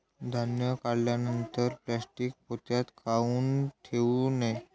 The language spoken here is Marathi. धान्य काढल्यानंतर प्लॅस्टीक पोत्यात काऊन ठेवू नये?